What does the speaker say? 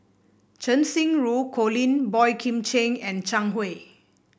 Cheng Xinru Colin Boey Kim Cheng and Zhang Hui